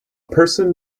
person